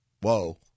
whoa